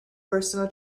personal